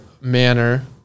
manner